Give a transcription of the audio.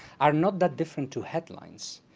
are not that different to headlines.